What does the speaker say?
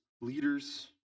leaders